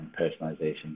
personalization